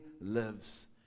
lives